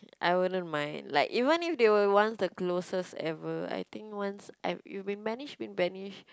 I wouldn't mind like even if they were once the closest ever I think once you have been banish been banish